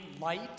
light